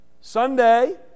Sunday